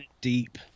deep